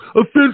offense